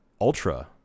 ultra